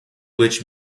which